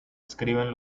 escriben